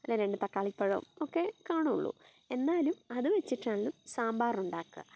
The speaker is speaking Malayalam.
രണ്ട് തക്കാളിപ്പഴം ഒക്കെ കാണുവൊള്ളു എന്നാലും അത് വെച്ചിട്ടാണ് സാമ്പാർ ഉണ്ടാക്കുക